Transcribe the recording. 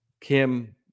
Kim